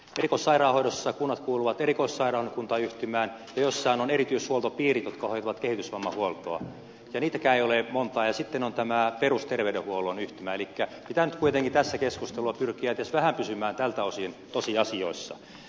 erikoissairaanhoidossa kunnat kuuluvat erikoissairaanhoitokuntayhtymään ja jossain on erityishuoltopiirit jotka hoitavat kehitysvammahuoltoa ja niitäkään ei ole montaa ja sitten on tämä perusterveydenhuollon yhtymä elikkä pitää nyt kuitenkin tässä keskustelussa pyrkiä edes vähän pysymään tältä osin tosiasioissa